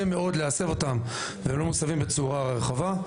מאוד להסב אותם והם לא מוסבים בצורה רחבה,